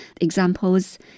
Examples